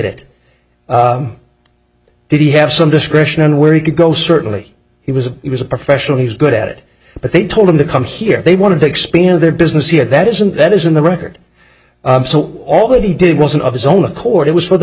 it did he have some discretion on where he could go certainly he was a he was a professional he's good at it but they told him to come here they want to expand their business here that isn't that isn't the record so all that he did wasn't of his own accord it was for the